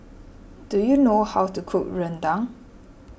do you know how to cook Rendang